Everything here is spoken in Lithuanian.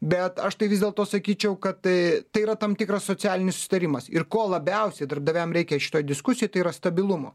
bet aš tai vis dėlto sakyčiau kad tai tai yra tam tikras socialinis susitarimas ir ko labiausiai darbdaviam reikia šitoj diskusijoj tai yra stabilumo